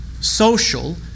social